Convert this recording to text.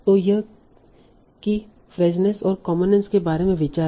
तो यह कीफ्रेजनेस और कॉमननेस के बारे में विचार है